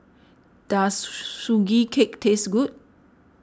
does Sugee Cake taste good